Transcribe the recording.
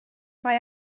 mae